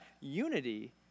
unity